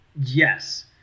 Yes